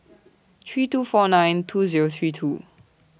three two four nine two Zero three two